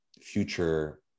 future